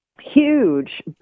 huge